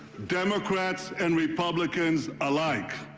democrats and republicans alike.